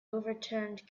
overturned